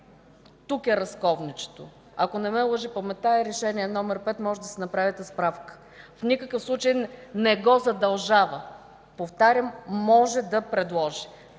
тук е разковничето. Ако не ме лъже паметта, това е Решение № 5 и можете да си направите справка. В никакъв случай не го задължава! Повтарям: „може да предложи”.